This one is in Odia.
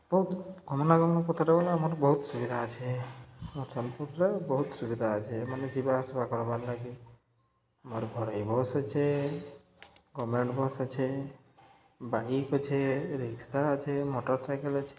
ବହୁତ୍ ଗମନାଗମନ ପଥରେ ଗଲା ଆମର୍ ବହୁତ୍ ସୁବିଧା ଅଛେ ଆମର୍ ସୋନ୍ପୁରରେ ବହୁତ୍ ସୁବିଧା ଅଛେ ମାନେ ଯିବା ଆସିବା କର୍ବାର୍ ଲାଗି ଆମର୍ ଘରୋଇ ବସ୍ ଅଛେ ଗଭର୍ଣ୍ଣମେଣ୍ଟ୍ ବସ୍ ଅଛେ ବାଇକ୍ ଅଛେ ରିକ୍ସା ଅଛେ ମଟର୍ସାଇକେଲ୍ ଅଛେ